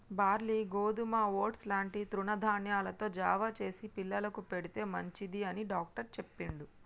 barley గోధుమ oats లాంటి తృణ ధాన్యాలతో జావ చేసి పిల్లలకు పెడితే మంచిది అని డాక్టర్ చెప్పిండు